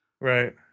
Right